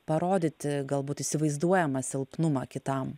parodyti galbūt įsivaizduojamą silpnumą kitam